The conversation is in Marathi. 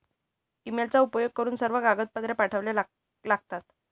ईमेलचा उपयोग करून सर्व कागदपत्रे पाठवावे लागतात